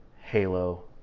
Halo